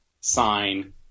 sign